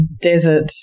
desert